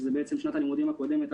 שזה שנת הלימודים הקודמת,